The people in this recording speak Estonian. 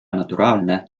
naturaalne